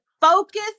focus